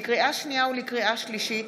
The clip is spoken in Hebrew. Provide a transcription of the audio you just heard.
לקריאה שנייה ולקריאה שלישית: